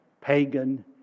pagan